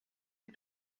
від